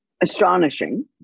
astonishing